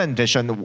vision